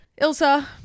Ilsa